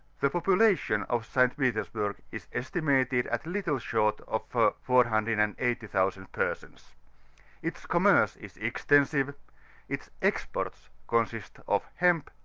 the population of st. petersburg is estimated at little short of four hundred and eighty thousand persons its commerce is extensive its exports consist of hemp,